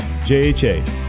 JHA